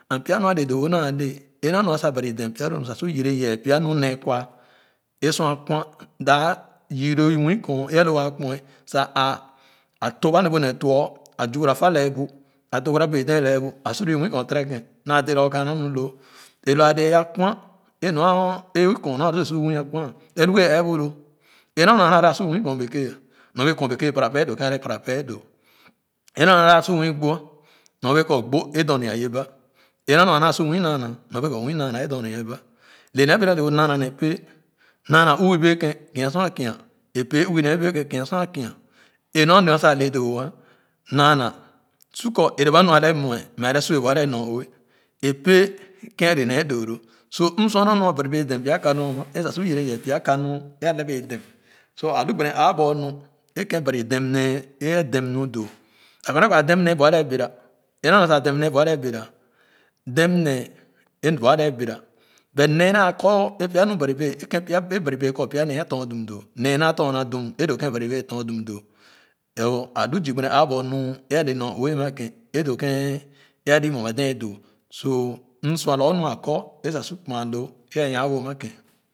And pya mi a lɛɛ doo wo naa le é naa nu sa bari dem pya lo my sa yɛrɛ pya mi nee kwa é sor akwan daa yii loo muii kɔɔn é alo waa kpoah sa aa a tuba ne nɔr tuuo sa aa zuirra fi lɛɛ bu aa togara bɛɛ lɛɛ ceɛ bu a su lo i nwii kɔɔn terekèn naa dé lorgur kaana ni loo é wa le akwan é nwa kɔɔn nɔr a lu wɛɛ su nwii a kwan é hi-ghe ɛɛbu ho é nɔr a nua a dap su i nwii kɔɔn beke al nɔr bɛɛ kɔɔn beke para péé doo kẽn a lee doo ẽ nor a nua naa su mnk gbo ah nor bee ko gbo ẽ do-nye ye ba ẽ nor a mua a naa su mvio naana nor bee ko mvii naana ẽ do-nya ba le nee bega do naana ne pẽẽ naana ugo bee kai kia sor a kie ẽ-nor a. Mu sa a CEE doo-woa naana su ko ere ba nu a LEE nɔɔwe ẽ pee keb a Le nee doo to so m sua me a nua bari bEE dem pya kanu ama ẽ ss su yErE yeh pya kenu a lee bEa dem so a lu gbene aabu nor ẽ kein Band dem nee ẽ a dem nu doo Ereba daa dem nee bu a lee bera dem nee é bu a lee bera but nee naa kɔ e pya nɔr e kèn a bani béé kɔ nee a tɔr dum doo nee naa tɔr naa dum e doo kèn ban wee tɔr dum so a lu zii gbene aa bor nu nyor-ue a ma kén ãã doo kèn alo mue ma dee doo m sua lorgor mu a kɔ su kuma loo e-a nyaa ama kèn.